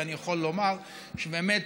ואני יכול לומר שבאמת,